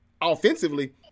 offensively